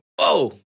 Whoa